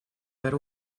per